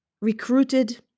recruited